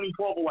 2012